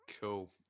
Cool